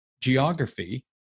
geography